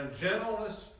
gentleness